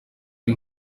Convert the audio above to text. uri